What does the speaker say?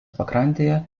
pakrantėje